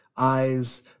eyes